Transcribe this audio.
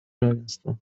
равенство